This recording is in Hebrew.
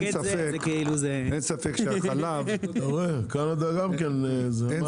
אין ספק שהחלב --- קנדה גם כן זה.